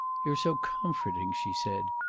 you're so comforting, she said.